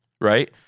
right